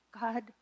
God